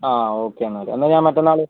ആ ഓക്കെ എന്നാൽ എന്നാൽ ഞാൻ മറ്റന്നാൾ